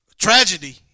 tragedy